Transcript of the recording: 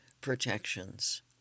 protections